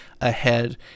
ahead